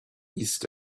east